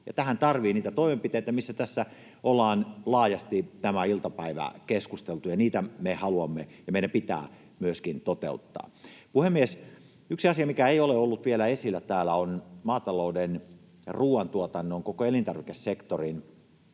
Tähän tarvitaan niitä toimenpiteitä, mistä tässä ollaan laajasti tämä iltapäivä keskusteltu, ja niitä me haluamme ja meidän myöskin pitää toteuttaa. Puhemies! Yksi asia, mikä ei ole ollut vielä esillä täällä, on maatalouden, ruuantuotannon, koko elintarvikesektorin